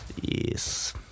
Yes